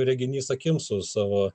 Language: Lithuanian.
reginys akims su savo